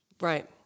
Right